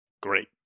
great